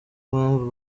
mpamvu